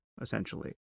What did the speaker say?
essentially